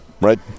right